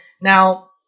Now